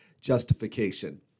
justification